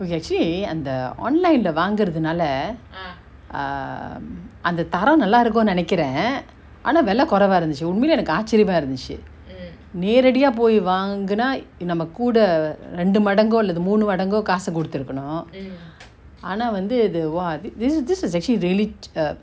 okay che~ அந்த:antha online lah வாங்குரதுனால:vangurathunala err அந்த தரோ நல்லா இருக்குனு நெனைக்கிர ஆனா வெல கொரைவா இருந்துச்சு உண்மைலயே எனக்கு ஆச்சரியமா இருந்துச்சு நேரடியா போய் வாங்குனா நம்ம கூட ரெண்டு மடங்கோ அல்லது மூனு மடங்கோ காசு குடுத்திருகனு ஆனா வந்து இதுவா:antha tharo nalla irukunu nenaikura aana vela koraiva irunthuchu unmailaye enaku aachariyama irunthuchu neradiya poy vaanguna namma kooda rendu madango allathu moonu madango kaasu kuduthirukanu aana vanthu ithuva this this is actually really err